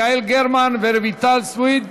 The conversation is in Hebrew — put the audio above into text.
יעל גרמן ורויטל סויד.